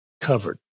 covered